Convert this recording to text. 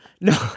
no